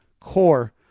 core